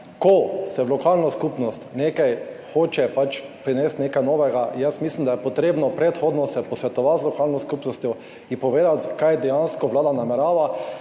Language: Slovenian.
ko se v lokalno skupnost hoče nekaj prinesti, nekaj novega, mislim, da se je potrebno predhodno posvetovati z lokalno skupnostjo, ji povedati, kaj dejansko Vlada namerava.